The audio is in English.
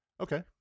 Okay